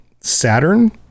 Saturn